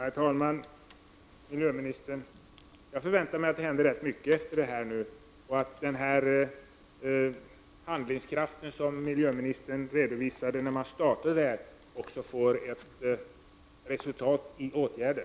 Herr talman! Jag förväntar mig, miljöministern, att det kommer att hända rätt mycket nu och att den handlingskraft som enligt miljöministerns redovisning fanns när man startade detta arbete också resulterar i åtgärder.